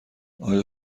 آیا